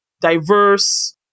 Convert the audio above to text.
diverse